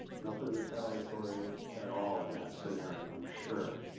nothing retaliatory at all in that scenario, i'm sure.